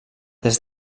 des